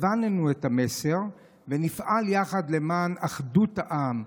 הבנו את המסר ונפעל יחד למען אחדות העם,